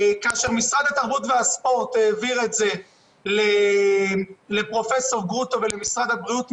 משרד התרבות והספורט העביר את זה לפרופ' גרוטו ולמשרד הבריאות.